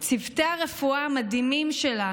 צוותי הרפואה המדהימים שלנו,